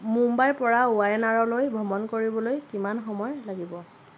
মুম্বাইৰ পৰা ৱায়ানাড়লৈ ভ্ৰমণ কৰিবলৈ কিমান সময় লাগিব